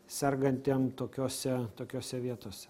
sergantiem tokiose tokiose vietose